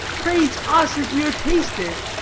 praise us as we are tasted,